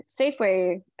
Safeway